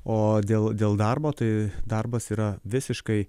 o dėl dėl darbo tai darbas yra visiškai